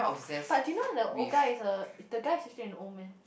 but did you know the old guy is a the guy is an old man